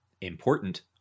important